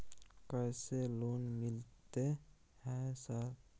कैसे लोन मिलते है सर?